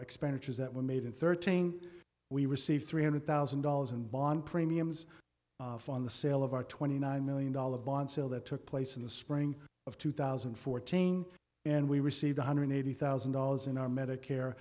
expenditures that were made in thirteen we received three hundred thousand dollars in bond premiums on the sale of our twenty nine million dollars bond sale that took place in the spring of two thousand and fourteen and we received one hundred eighty thousand dollars in our medicare